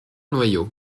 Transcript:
noyau